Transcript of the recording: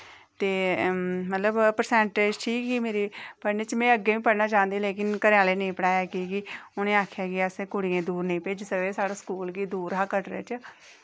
ते मतलब परसैंटेज़ ठीक ही मेरी पढ़ने च में अग्गें बी पढ़ना चाहंदी लेकिन घरै आह्लें नेईं पढ़ाया की के उ'नें आक्खेआ किअसें कुड़ियै गी दूर नेईं भेजी सकदे साढ़े स्कूल बी दूर हा कटरै च